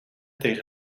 tegen